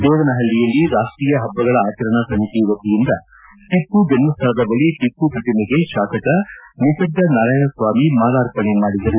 ದೇವನಪಳ್ಳಿಯಲ್ಲಿ ರಾಷ್ಟೀಯ ಪಬ್ಬಗಳ ಆಚರಣಾ ಸಮಿತಿ ವತಿಯಿಂದ ಟಪ್ಪು ಜನ್ನಶ್ವಳದ ಬಳಿ ಟಪ್ಪು ಪ್ರತಿಮೆಗೆ ಶಾಸಕ ನಿಸರ್ಗ ನಾರಾಯಣ ಸ್ವಾಮಿ ಮಾಲಾರ್ಪಣೆ ಮಾಡಿದರು